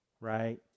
right